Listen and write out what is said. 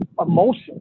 emotion